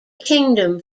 kingdom